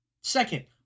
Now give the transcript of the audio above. Second